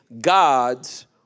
God's